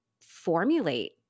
formulate